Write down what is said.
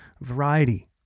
variety